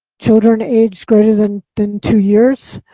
children age greater than than two years.